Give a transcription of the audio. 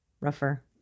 rougher